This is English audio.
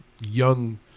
young